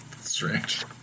strange